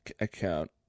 account